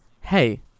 hey